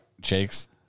jake's